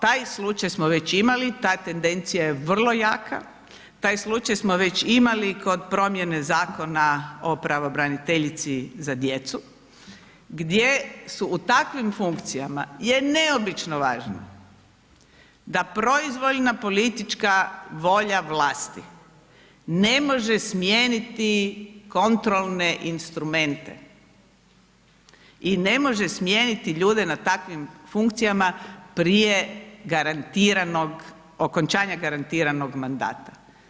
To, taj slučaj smo već imali, ta tendencija je vrlo jaka, taj slučaj smo već imali kod promjene Zakona o Pravobraniteljici za djecu gdje su u takvim funkcijama je neobično važno da proizvoljna politička volja vlasti ne može smijeniti kontrolne instrumente i ne može smijeniti ljude na takvim funkcijama prije okončanja garantiranog mandata.